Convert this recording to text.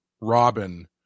Robin